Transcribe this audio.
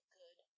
good